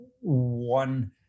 one